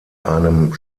einem